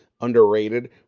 underrated